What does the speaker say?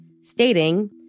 stating